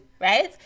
Right